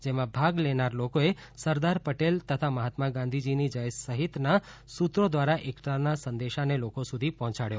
જેમાં ભાગ લેનાર લોકોએ સરદાર પટેલ તથા મહાત્મા ગાંધીજીની જય સહિતના સૂત્રો દ્વારા એકતાના સંદેશાને લોકો સુધી પહોંચાડયો